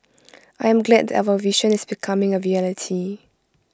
I am glad that our vision is becoming A reality